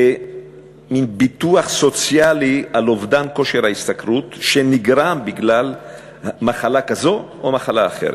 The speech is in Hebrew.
כביטוח סוציאלי על אובדן כושר ההשתכרות שנגרם ממחלה כזאת או אחרת.